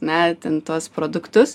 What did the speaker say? na ten tuos produktus